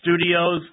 Studios